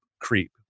creep